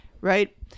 right